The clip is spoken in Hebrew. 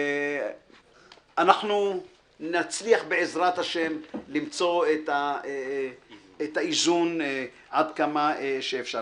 אנחנו נצליח בעזרת השם למצוא את האיזון עד כמה שאפשר.